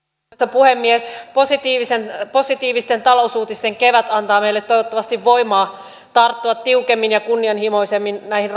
puhemies positiivisten talousuutisten kevät antaa meille toivottavasti voimaa tarttua tiukemmin ja kunnianhimoisemmin näihin